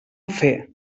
fer